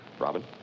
Robin